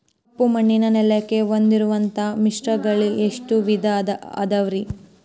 ಕಪ್ಪುಮಣ್ಣಿನ ನೆಲಕ್ಕೆ ಹೊಂದುವಂಥ ಮಿಶ್ರತಳಿ ಎಷ್ಟು ವಿಧ ಅದವರಿ?